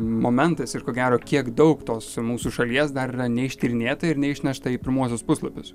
momentas ir ko gero kiek daug tos mūsų šalies dar yra neištyrinėta ir neišnešta į pirmuosius puslapius